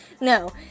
no